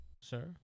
sir